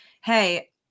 hey